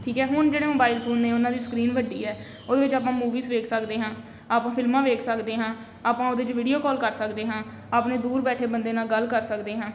ਠੀਕ ਹੈ ਹੁਣ ਜਿਹੜੇ ਮੋਬਾਇਲ ਫੋਨ ਨੇ ਉਹਨਾਂ ਦੀ ਸਕਰੀਨ ਵੱਡੀ ਹੈ ਉਹਦੇ ਵਿੱਚ ਆਪਾਂ ਮੂਵੀਜ਼ ਦੇਖ ਸਕਦੇ ਹਾਂ ਆਪਾਂ ਫਿਲਮਾਂ ਦੇਖ ਸਕਦੇ ਹਾਂ ਆਪਾਂ ਉਹਦੇ 'ਚ ਵੀਡੀਓ ਕੋਲ ਕਰ ਸਕਦੇ ਹਾਂ ਆਪਣੇ ਦੂਰ ਬੈਠੇ ਬੰਦੇ ਨਾਲ ਗੱਲ ਕਰ ਸਕਦੇ ਹਾਂ